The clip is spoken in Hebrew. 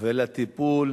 ולטיפול